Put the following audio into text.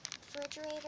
refrigerator